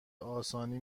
آسانی